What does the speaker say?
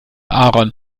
aaron